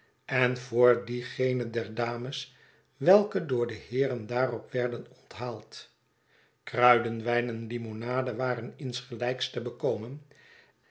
en voor diegenen der dames welke door de heeren daarop werden onthaald kruidenwijn en limonade waren insgelijks te bekomen